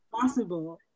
possible